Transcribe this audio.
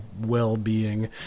well-being